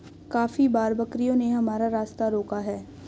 काफी बार बकरियों ने हमारा रास्ता रोका है